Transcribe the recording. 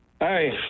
Hi